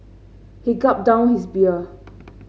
he gulped down his beer